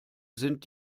sind